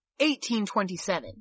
1827